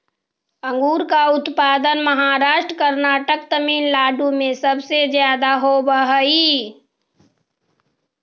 अंगूर का उत्पादन महाराष्ट्र, कर्नाटक, तमिलनाडु में सबसे ज्यादा होवअ हई